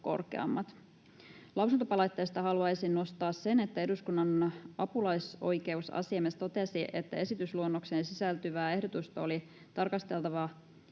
Lausuntopalautteesta haluaisin nostaa sen, että eduskunnan apulaisoikeusasiamies totesi, että esitysluonnokseen sisältyvää ehdotusta oli tarkasteltava